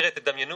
זוכר,